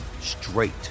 straight